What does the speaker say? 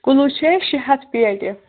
کٔلوٗ چھےٚ اَسہِ شیٚے ہَتھ پیٹہِ